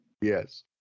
Yes